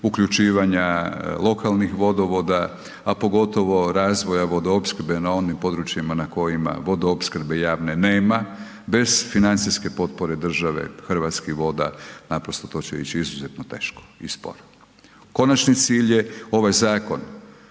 uključivanja lokalnih vodovoda, a pogotovo razvoja vodoopskrbe na onim područjima na kojima vodoopskrbe javne nema, bez financijske potpore države, Hrvatskih voda, naprosto to će ići izuzetno teško i sporo. Konačni cilj je ovaj zakon